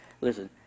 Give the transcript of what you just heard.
Listen